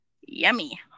Yummy